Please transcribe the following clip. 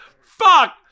fuck